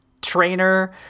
trainer